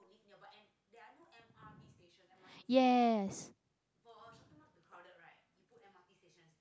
yes